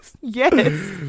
Yes